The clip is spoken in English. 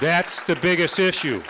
that's the biggest issue